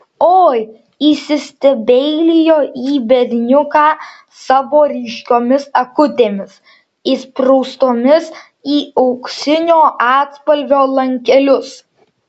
oi įsistebeilijo į berniuką savo ryškiomis akutėmis įspraustomis į auksinio atspalvio lankelius